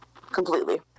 completely